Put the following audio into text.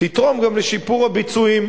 תתרום גם לשיפור הביצועים.